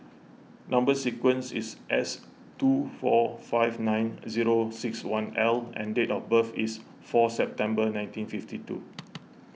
Number Sequence is S two four five nine zero six one L and date of birth is four September nineteen fifty two